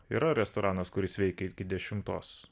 yra restoranas kuris veikia iki dešimtos